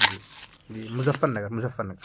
جی جی جی مظفر نگر مظفر نگر